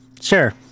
Sure